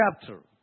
chapter